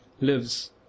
lives